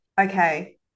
okay